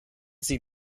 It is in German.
sie